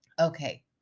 Okay